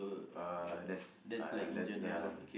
uh there's ah ya